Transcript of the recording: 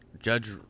Judge